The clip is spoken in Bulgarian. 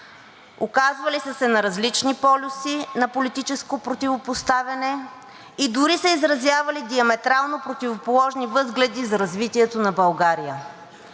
оказвали са се на различни полюси на политическо противопоставяне и дори са изразявали диаметрално противоположни възгледи за развитието на България.